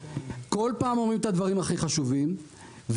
כל פעם אומרים את הדברים הכי חשובים והאוצר,